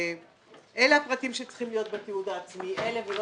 אלה הפרטים שצריכים להיות בתיעוד העצמי ולא